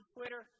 Twitter